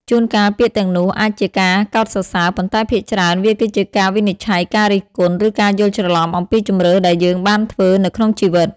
ជួនកាលពាក្យទាំងនោះអាចជាការកោតសរសើរ ប៉ុន្តែភាគច្រើនវាគឺជាការវិនិច្ឆ័យការរិះគន់ ឬការយល់ច្រឡំអំពីជម្រើសដែលយើងបានធ្វើនៅក្នុងជីវិត។